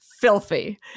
filthy